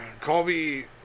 Colby